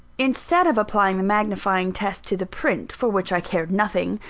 instead of applying the magnifying test to the print, for which i cared nothing,